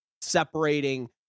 separating